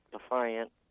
Defiant